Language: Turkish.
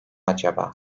acaba